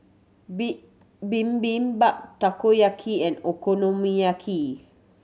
Bibimbap Takoyaki and Okonomiyaki